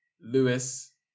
Lewis